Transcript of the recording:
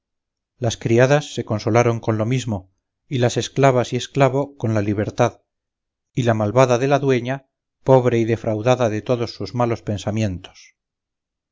las criadas se consolaron con lo mismo y las esclavas y esclavo con la libertad y la malvada de la dueña pobre y defraudada de todos sus malos pensamientos